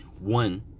one